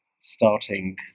starting